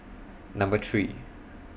Number three